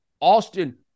Austin